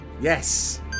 Yes